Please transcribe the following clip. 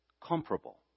comparable